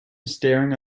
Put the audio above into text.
staring